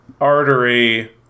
artery